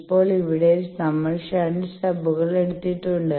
ഇപ്പോൾ ഇവിടെ നമ്മൾ ഷണ്ട് സ്റ്റബുകൾ എടുത്തിട്ടുണ്ട്